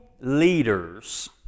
leaders